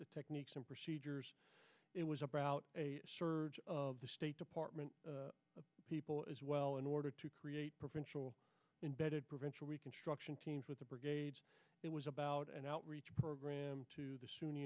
techniques and procedures it was about a surge of the state department people as well in order to create provincial imbedded provincial reconstruction teams with the brigades it was about an outreach program to the sun